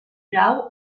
grau